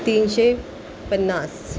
तीनशे पन्नास